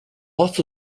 lots